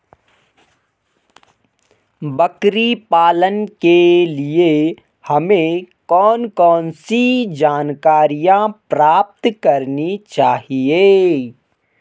बकरी पालन के लिए हमें कौन कौन सी जानकारियां प्राप्त करनी चाहिए?